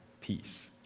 peace